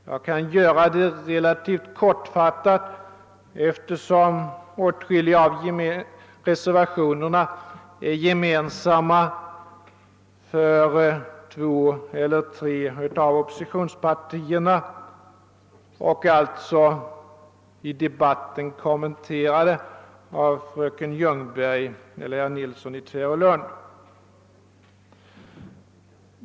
Jag kan göra det relativt kortfattat, eftersom åtskilliga av reservationerna är gemensamma för två eller tre av oppositionspartierna och alltså i debatten kommenterade av fröken Ljungberg eller herr Nilsson i Tvärålund.